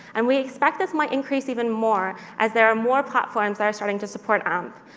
and we expect this might increase even more, as there are more platforms that are starting to support amp.